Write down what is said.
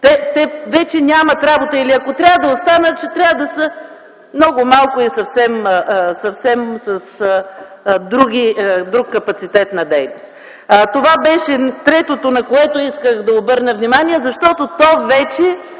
Те вече нямат работа. Или ако трябва да останат, ще трябва да са много малко и съвсем с друг капацитет на действие. Това беше третото, на което исках да обърна внимание, защото то вече